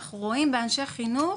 אנחנו רואים באנשי חינוך,